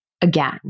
again